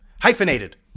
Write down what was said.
hyphenated